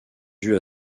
dues